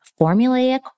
formulaic